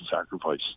sacrifice